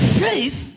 faith